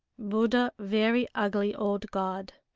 buddha very ugly old god.